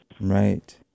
Right